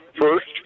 first